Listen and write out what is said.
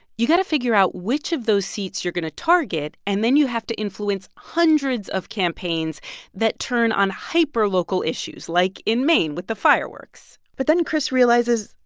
you got to figure out which of those seats you're going to target, and then you have to influence hundreds of campaigns that turn on hyperlocal issues, like in maine with the fireworks but then chris realizes,